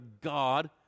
God